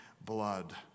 blood